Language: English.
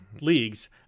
leagues